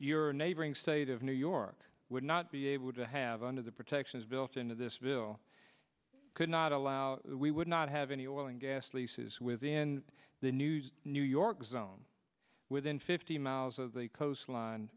your neighboring state of new york would not be able to have under the protections built into this bill could not allow we would not have any oil and gas leases within the news new york zone within fifty miles of the coastline